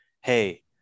Hey